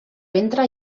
ventre